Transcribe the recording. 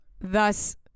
Thus